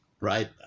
right